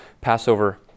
Passover